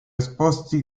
esposti